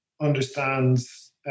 understands